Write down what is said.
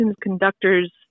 conductors